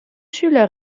schüler